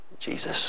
Jesus